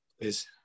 Please